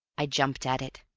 i jumped at it.